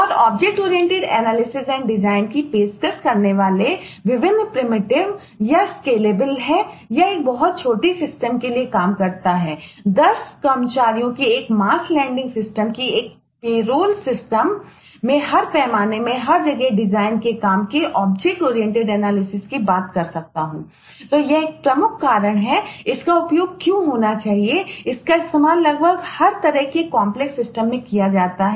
और object oriented analysis and design में किया जाता है